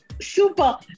Super